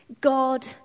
God